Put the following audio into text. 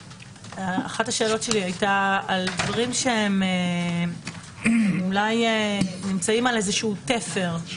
אחת השאלות שלי הייתה על דברים שאולי נמצאים על איזה תפר,